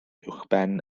uwchben